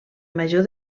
major